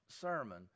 sermon